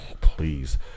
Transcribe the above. Please